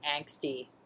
angsty